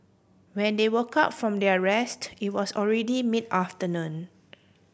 when they woke up from their rest it was already mid afternoon